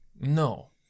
No